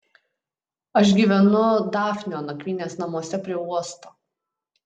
aš gyvenu dafnio nakvynės namuose prie uosto